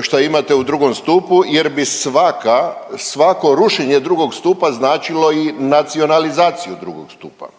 šta imate u II. stupu jer bi svaka, svako rušenje II. stupa značilo i nacionalizaciju II. stupa.